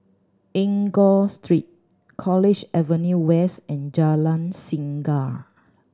Enggor Street College Avenue West and Jalan Singa